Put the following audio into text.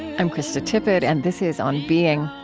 i'm krista tippett, and this is on being.